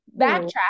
Backtrack